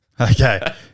Okay